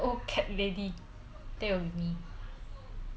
or maybe the weird dog lady because I will own a dog or a cat